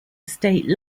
state